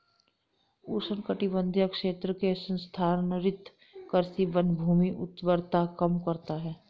उष्णकटिबंधीय क्षेत्रों में स्थानांतरित कृषि वनभूमि उर्वरता कम करता है